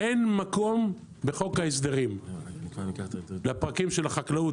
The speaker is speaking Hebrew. אין מקום בחוק ההסדרים לפרקים של החקלאות,